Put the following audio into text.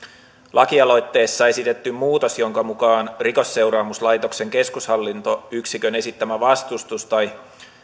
lakialoitteessa esitetty muutos jonka mukaan rikosseuraamuslaitoksen keskushallintoyksikön esittämä vastustus tai